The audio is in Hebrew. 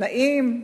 תנאים?